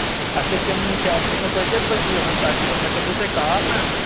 اچھا تِم کیٛاہ چھِ وَنن اَتھ تۄہہِ کٔژِ بَجہِ یِیِو حظ تَقریٖبَن مےٚ کٔرۍزیٚو تُہۍ کال نا